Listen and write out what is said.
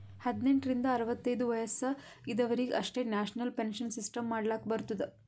ಹದ್ನೆಂಟ್ ರಿಂದ ಅರವತ್ತೈದು ವಯಸ್ಸ ಇದವರಿಗ್ ಅಷ್ಟೇ ನ್ಯಾಷನಲ್ ಪೆನ್ಶನ್ ಸಿಸ್ಟಮ್ ಮಾಡ್ಲಾಕ್ ಬರ್ತುದ